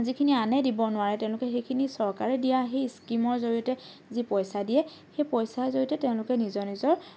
যিখিনি আনে দিব নোৱাৰে তেওঁলোকে সেইখিনি চৰকাৰে দিয়া সেই স্কিমৰ জৰিয়তে যি পইচা দিয়ে সেই পইচাৰ জৰিয়তে তেওঁলোকে নিজৰ নিজৰ